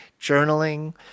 journaling